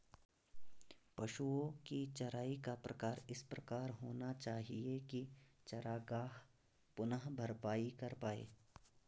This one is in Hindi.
पशुओ की चराई का प्रकार इस प्रकार होना चाहिए की चरागाह पुनः भरपाई कर पाए